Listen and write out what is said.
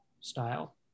style